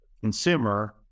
consumer